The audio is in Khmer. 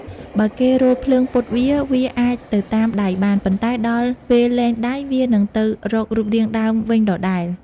បើគេរោលភ្លើងពត់វា វាអាចទៅតាមដៃបាន ប៉ុន្តែដល់ពេលលែងដៃ វានឹងទៅរករូបរាងដើមវិញដដែល។